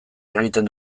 egiten